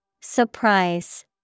Surprise